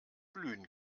glühen